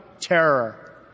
terror